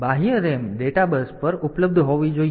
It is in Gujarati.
બાહ્ય RAM ડેટા બસ પર ઉપલબ્ધ હોવી જોઈએ